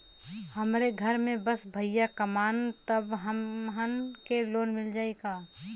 हमरे घर में बस भईया कमान तब हमहन के लोन मिल जाई का?